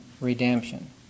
redemption